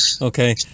okay